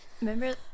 Remember